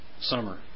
summer